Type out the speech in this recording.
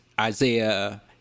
Isaiah